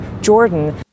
Jordan